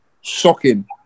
shocking